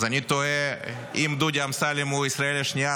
אז אני תוהה: אם דודי אמסלם הוא ישראל השנייה,